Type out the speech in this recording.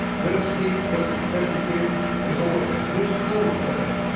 this heap, verse fifty two, is a witness. this pillar is a witness,